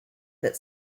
that